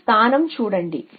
మీరు స్థానం చూడండి